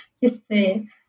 history